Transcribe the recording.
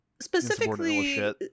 specifically